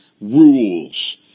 rules